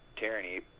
Tyranny